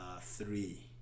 three